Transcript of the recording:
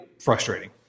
frustrating